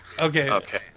Okay